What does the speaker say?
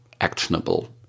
actionable